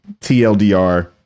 TLDR